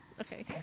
Okay